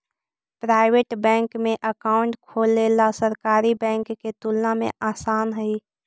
private bank में account खोलेला सरकारी बैंक के तुलना में आसान हइ